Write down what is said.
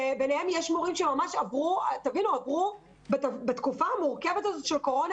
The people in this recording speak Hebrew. ביניהם יש מורים שבתקופה המורכבת הזו של הקורונה